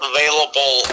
available